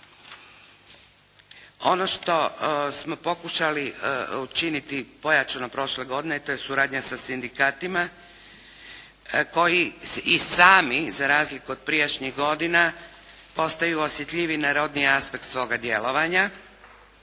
Ono što smo pokušali učiniti pojačano prošle godine to je suradnja sa sindikatima koji i sami za razliku od prijašnjih godina postaju osjetljiviji na rodni aspekt svoga djelovanja